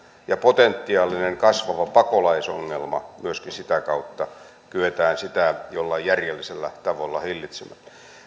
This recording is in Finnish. ja potentiaalista kasvavaa pakolaisongelmaa myöskin sitä kautta kyetään jollain järjellisellä tavalla hillitsemään